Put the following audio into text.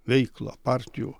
veiklą partijų